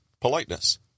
Politeness